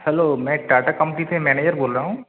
hello मैं Tata company से manager बोल रहा हूँ